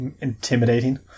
intimidating